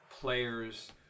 players